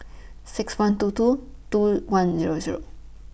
six one two two two one Zero Zero